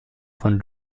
von